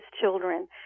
children